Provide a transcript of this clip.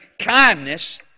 kindness